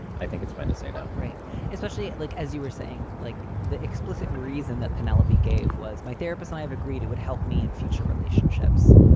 i think it's fine to say no. right especially like as you were saying, like the explicit reason that penelope gave was my therapist. i have agreed it would help me in future relationships.